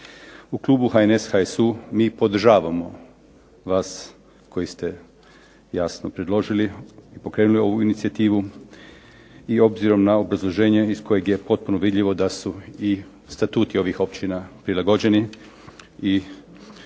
U klubu HNS, HSU mi podržavamo vas koji ste jasno predložili, pokrenuli ovu inicijativu, i obzirom na obrazloženje iz kojeg je potpuno vidljivo da su i statuti ovih općina prilagođeni, i to još prošle godine